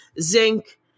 zinc